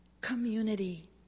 Community